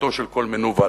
מפלטו של כל מנוול.